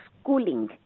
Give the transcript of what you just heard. schooling